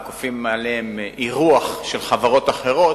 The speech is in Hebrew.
כופים עליהם אירוח של חברות אחרות.